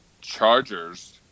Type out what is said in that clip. Chargers